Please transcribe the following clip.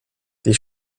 die